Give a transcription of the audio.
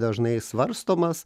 dažnai svarstomas